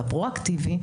בפרואקטיבי,